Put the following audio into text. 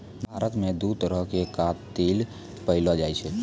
भारत मे दु तरहो के कातिल पैएलो जाय छै